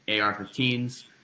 AR-15s